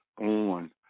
on